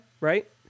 right